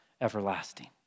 everlasting